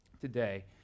today